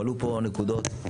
הועלו פה כמה נקודות.